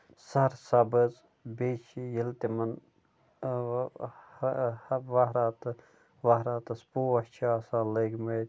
سر سَبٔز بیٚیہِ چھِ ییٚلہِ تِمَن وَحرات تہٕ وحراتَس پوش چھِ آسان لٲگۍمٕتۍ